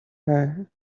her